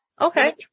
Okay